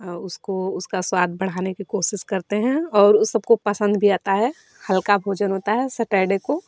उसको उसका स्वाद बढ़ाने की कोशिश करते हैं और ऊ सबको पसंद भी आता है हल्का भोजन होता है सटरडे को